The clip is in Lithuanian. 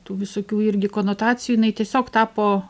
tų visokių irgi konotacijų jinai tiesiog tapo